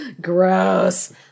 gross